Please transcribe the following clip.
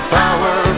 power